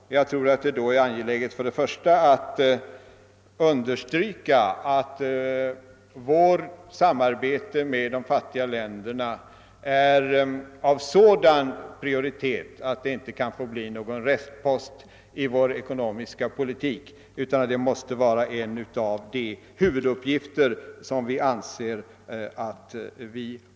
Det är då först och främst angeläget att understryka att vårt samarbete med de fattiga länderna är av sådan prioritet, att det inte kan få bli någon restpost i vår ekonomiska politik utan att det måste vara en av de huvuduppgifter som vi anser oss ha.